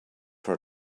for